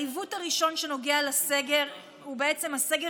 העיוות הראשון שנוגע לסגר הוא בעצם הסגר